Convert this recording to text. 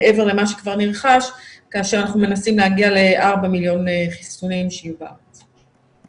שכבר נרכש כאשר אנחנו מנסים להגיע לארבעה מיליון חיסונים שיהיו בארץ.